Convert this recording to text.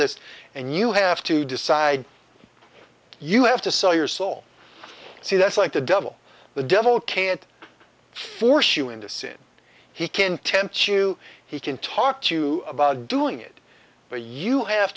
this and you have to decide you have to sell your soul see that's like the devil the devil can't force you into sin he can tempt you he can talk to you about doing it but you have